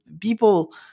people